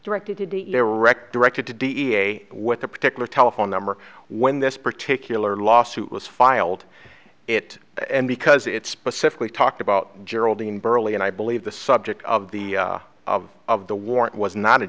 directed to be erect directed to d n a what the particular telephone number when this particular lawsuit was filed it and because it's specifically talked about geraldine burley and i believe the subject of the of of the warrant was not a